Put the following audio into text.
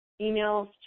emails